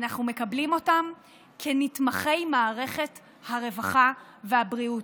אנחנו מקבלים אותם כנתמכי מערכת הרווחה והבריאות.